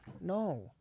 No